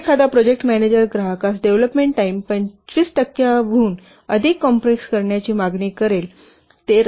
जर एखादा project manager ग्राहकास डेव्हलपमेंट टाईम 25 टक्क्यांहून अधिक कॉम्प्रेस करण्याची मागणी मान्य करेल